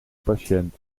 patiënt